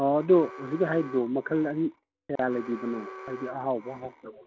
ꯑꯣ ꯑꯗꯨ ꯍꯧꯖꯤꯛꯀꯤ ꯍꯥꯏꯔꯤꯗꯨ ꯃꯈꯜ ꯑꯅꯤ ꯀꯌꯥ ꯂꯩꯕꯤꯕꯅꯣ ꯍꯥꯏꯗꯤ ꯑꯍꯥꯎꯕ ꯍꯥꯎꯇꯕ